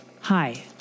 Hi